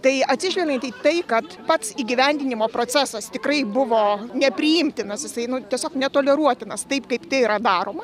tai atsižvelgiant į tai kad pats įgyvendinimo procesas tikrai buvo nepriimtinas jisai nu tiesiog netoleruotinas taip kaip tai yra daroma